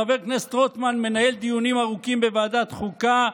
חבר הכנסת רוטמן מנהל דיונים ארוכים בוועדת החוקה,